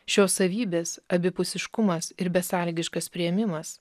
šios savybės abipusiškumas ir besąlygiškas priėmimas